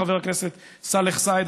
חבר הכנסת סאלח סעד,